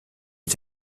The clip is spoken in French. est